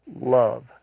love